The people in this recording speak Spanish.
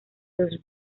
los